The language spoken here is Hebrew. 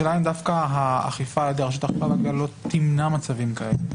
השאלה אם דווקא האכיפה ברשות האכיפה והגבייה לא תמנע מצבים כאלה?